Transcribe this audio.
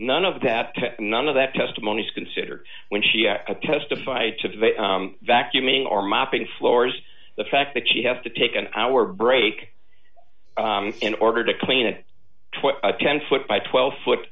none of that none of that testimony is considered when she testified to vacuuming or mopping floors the fact that she have to take an hour break in order to clean it a ten foot by twelve foot